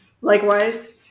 likewise